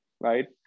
right